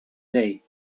day